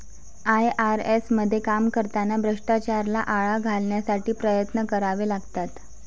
IRS मध्ये काम करताना भ्रष्टाचाराला आळा घालण्यासाठी प्रयत्न करावे लागतात